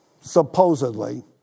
supposedly